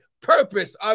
purpose